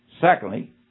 Secondly